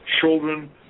children